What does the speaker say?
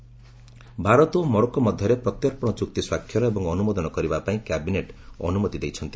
cabinet MOU Bharat ଓ Morocco ମଧ୍ୟରେ ପ୍ରତ୍ୟର୍ପଣ ଚୁକ୍ତି ସ୍ୱାକ୍ଷର ଏବଂ ଅନୁମୋଦନ କରିବାପାଇଁ କ୍ୟାବିନେଟ୍ ଅନୁମତି ଦେଇଛନ୍ତି